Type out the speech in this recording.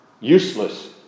useless